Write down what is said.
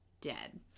dead